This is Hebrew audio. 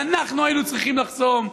שאנחנו היינו צריכים לחסום,